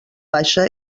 baixa